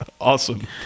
Awesome